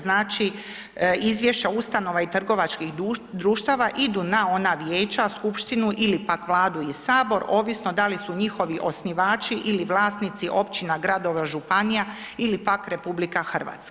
Znači izvješća ustanova i trgovačkih društava idu na ona vijeća, skupštinu ili pak Vladu i Sabor, ovisno da li su njihovi osnivači ili vlasnici općina, gradova, županija ili pak RH.